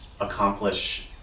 accomplish